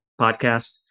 Podcast